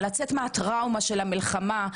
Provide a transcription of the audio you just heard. לצאת מהטראומה של המלחמה,